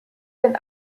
den